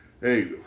Hey